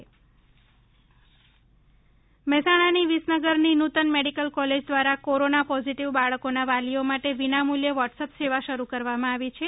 WhatsApp સેવા મહેસાણાની વિસનગરની નૂતન મેડિકલ કોલેજ દ્વારા કોરોના પોઝીટીવ બાળકોના વાલીઓ માટે વિના મૂલ્યે વોટસઅપ સેવા શરૂ કરવામાં આવી છે